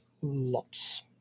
lots